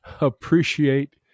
appreciate